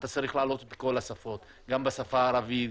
אתה צריך להעלות בכל השפות גם בשפה הערבית,